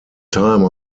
time